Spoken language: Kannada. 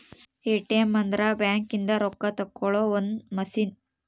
ಎ.ಟಿ.ಎಮ್ ಅಂದ್ರ ಬ್ಯಾಂಕ್ ಇಂದ ರೊಕ್ಕ ತೆಕ್ಕೊಳೊ ಒಂದ್ ಮಸಿನ್